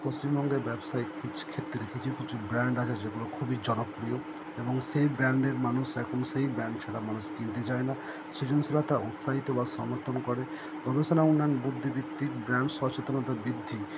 পশ্চিমবঙ্গের ব্যবসায়িক ক্ষেত্রে কিছু কিছু ব্র্যান্ড আছে যেগুলো খুবই জনপ্রিয় এবং সেই ব্র্যান্ডের মানুষ এখন সেই ব্র্যান্ড ছাড়া মানুষ কিনতে চায় না সৃজনশীলতা উৎসাহিত বা সমর্থন করে গবেষণা বুদ্ধিবৃত্তির ব্র্যান্ড সচেতনতা বৃদ্ধি